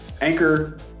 Anchor